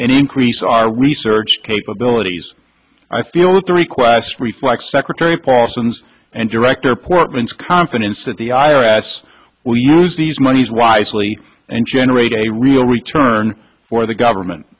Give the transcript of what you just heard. increase our research capabilities i feel that the request reflects secretary paulson's and director portman's confidence that the i r s will use these monies wisely and generate a real return for the government